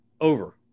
Over